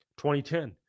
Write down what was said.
2010